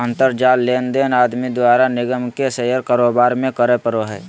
अंतर जाल लेनदेन आदमी द्वारा निगम के शेयर कारोबार में करे पड़ो हइ